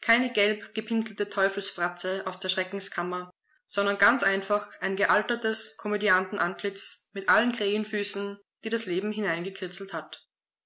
keine gelb gepinselte teufelsfratze aus der schreckenskammer sondern ganz einfach ein gealtertes komödiantenantlitz mit allen krähenfüßen die das leben hineingekritzelt hat